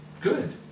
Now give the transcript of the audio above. good